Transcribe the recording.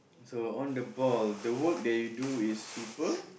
so on the ball the work that you do is people